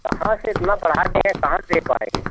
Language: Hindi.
कहाँ से इतना बढ़ा दिए हैं कहाँ से दे पाएँगे